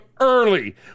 early